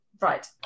Right